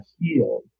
healed